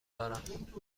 دارم